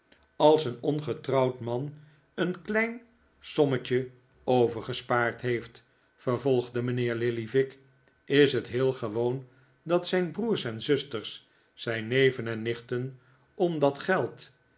als een ongetrouwd man een klein sommetje overgespaard heeft vervolgde mijnheer lillyvick is het heel gewoon dat zijn broers en zusters zijn neven en nichten om dat geld